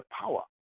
power